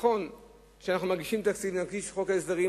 נכון שאנחנו מגישים חוק תקציב וחוק הסדרים,